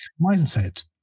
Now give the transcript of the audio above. mindset